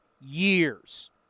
years